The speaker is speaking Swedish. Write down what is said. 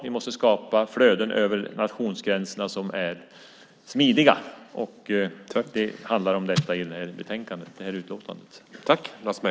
Vi måste skapa flöden över nationsgränserna som är smidiga. Det är om detta det här utlåtandet handlar.